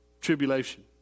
Tribulation